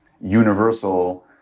universal